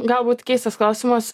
galbūt keistas klausimas